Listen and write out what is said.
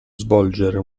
svolgere